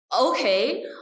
Okay